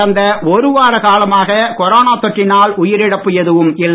கடந்த ஒரு வார காலமாக கொரோனா தொற்றினால் உயிரிழப்பு எதுவும் இல்லை